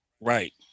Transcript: Right